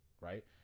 right